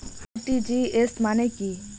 RTGS মানে কি?